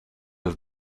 have